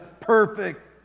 perfect